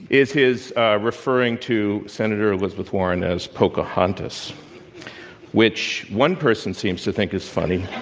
is his ah referring to senator elizabeth warren as pocahontas which one person seems to think is funny.